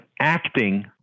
acting